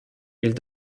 ils